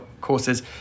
courses